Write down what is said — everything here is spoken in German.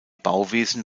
bauwesen